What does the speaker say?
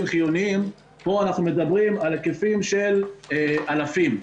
חיוניים פה אנחנו מדברים על היקפים של אלפים.